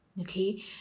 okay